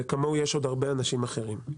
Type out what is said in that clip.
וכמוהו יש עוד הרבה אנשים אחרים,